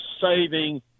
saving